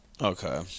Okay